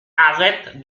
arrête